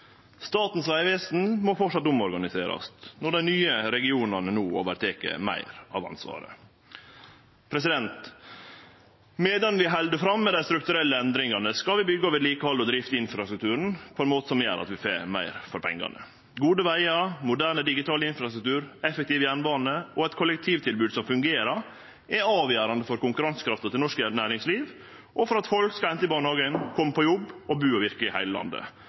Statens vegvesen må fortsetje omorganiseringa når dei nye regionane no overtek meir av ansvaret. Medan vi held fram med dei strukturelle endringane, skal vi byggje, vedlikehalde og drifte infrastrukturen på ein måte som gjer at vi får meir igjen for pengane. Gode vegar, moderne digital infrastruktur, effektiv jernbane og eit kollektivtilbod som fungerer, er avgjerande for konkurransekrafta til norsk næringsliv og for at folk skal få hente i barnehagen, kome seg på jobb og bu og virke i heile landet.